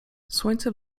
słońce